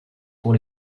pour